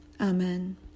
Amen